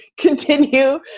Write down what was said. continue